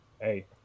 hey